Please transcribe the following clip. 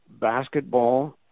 basketball